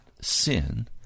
sin